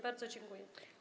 Bardzo dziękuję.